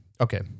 Okay